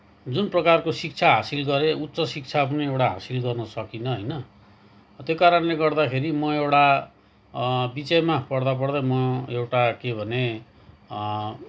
जुन प्रकारको शिक्षा हासिल गरेँ उच्च शिक्षा पनि एउटा हासिल गर्न सकिनँ होइन त्यो कारणले गर्दाखेरि म एउटा बिचैमा पढ्दापढ्दै म एउटा के भने